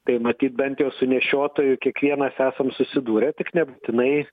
tai matyt bent jau su nešiotoju kiekvienas esam susidūrę tik nebūtinai